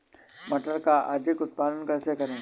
मटर का अधिक उत्पादन कैसे करें?